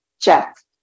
Jeff